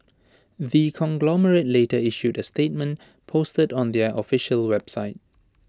the conglomerate later issued A statement posted on their official website